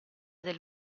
del